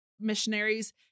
missionaries